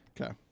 Okay